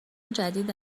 جدید